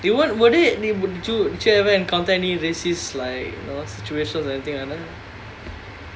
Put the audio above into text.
you weren't were there any would you did you ever encounter any racist like know situations or anything like that